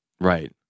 Right